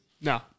No